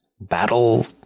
battle